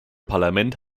parlament